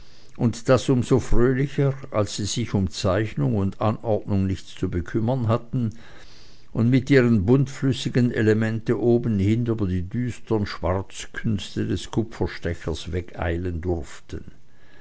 und das um so fröhlicher als sie sich um zeichnung und anordnung nichts zu bekümmern hatten und mit ihrem buntflüssigen elemente obenhin über die düstern schwarzkünste des kupferstechers wegeilen durften